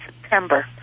September